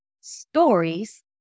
stories